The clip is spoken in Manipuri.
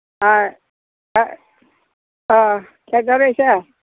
ꯑꯥ ꯑꯥ ꯑꯥ ꯀꯩꯗꯧꯔꯦ ꯏꯆꯦ